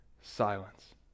silence